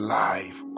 life